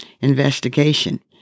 investigation